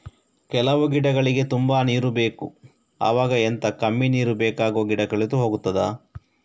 ಕೆಲವು ಗಿಡಗಳಿಗೆ ತುಂಬಾ ನೀರು ಬೇಕು ಅವಾಗ ಎಂತ, ಕಮ್ಮಿ ನೀರು ಬೇಕಾಗುವ ಗಿಡ ಕೊಳೆತು ಹೋಗುತ್ತದಾ?